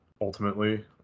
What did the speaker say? ultimately